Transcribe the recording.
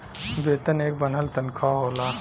वेतन एक बन्हल तन्खा होला